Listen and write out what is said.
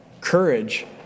courage